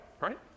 right